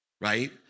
right